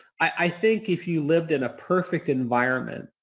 i think if you lived in a perfect environment,